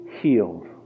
healed